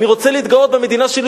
אני רוצה להתגאות במדינה שלי,